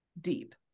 deep